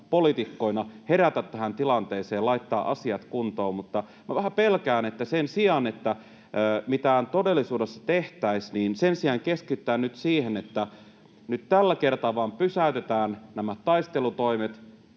herätä tähän tilanteeseen, laittaa asiat kuntoon, mutta minä vähän pelkään, että sen sijaan, että mitään todellisuudessa tehtäisiin, keskitytään nyt siihen, että nyt tällä kertaa vain pysäytetään nämä taistelutoimet